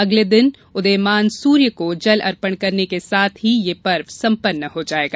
अगले दिन उदीयमान सूर्य को जल अर्पण करने के साथ ही यह पर्व सम्पन्न हो जाएगा